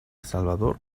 salvador